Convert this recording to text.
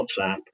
whatsapp